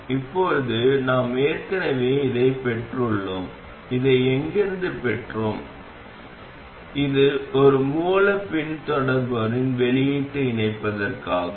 இப்போது நாம் ஏற்கனவே இதைப் பெற்றுள்ளோம் இதை எங்கிருந்து பெற்றோம் இது ஒரு மூலப் பின்தொடர்பவரில் வெளியீட்டை இணைப்பதற்காகும்